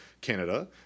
Canada